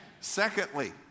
Secondly